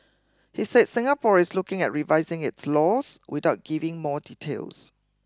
he said Singapore is looking at revising its laws without giving more details